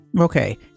Okay